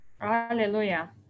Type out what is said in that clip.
Hallelujah